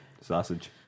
sausage